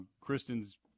Kristen's